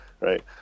Right